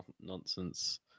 nonsense